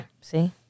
See